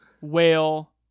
Whale